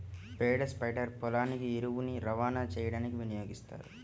పేడ స్ప్రెడర్ పొలానికి ఎరువుని రవాణా చేయడానికి వినియోగిస్తారు